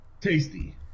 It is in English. tasty